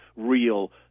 Real